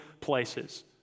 places